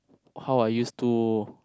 how I used to